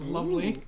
Lovely